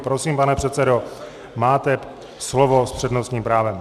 Prosím, pane předsedo, máte slovo s přednostním právem.